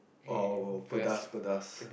oh I will pedas pedas